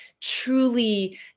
truly